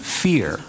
fear